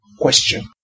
question